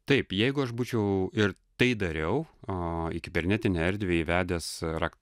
taip jeigu aš būčiau ir tai dariau a į kibernetinę erdvę įvedęs rak